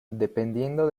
dependiendo